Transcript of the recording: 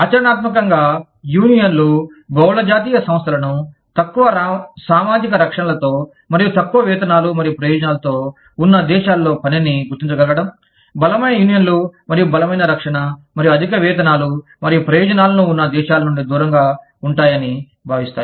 ఆచరణాత్మకంగా యూనియన్లు బహుళ జాతీయ సంస్థలను తక్కువ సామాజిక రక్షణలతో మరియు తక్కువ వేతనాలు మరియు ప్రయోజనాలతో ఉన్న దేశాలలో పనిని గుర్తించగలగడం బలమైన యూనియన్లు మరియు బలమైన రక్షణ మరియు అధిక వేతనాలు మరియు ప్రయోజనాలను ఉన్న దేశాల నుండి దూరంగా ఉంటా యాని భావిస్తాయి